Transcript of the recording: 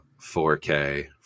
4K